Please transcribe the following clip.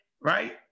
Right